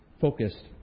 focused